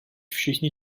všichni